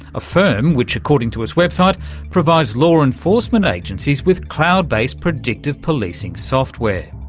a firm which according to its website provides law enforcement agencies with cloud-based predictive policing software.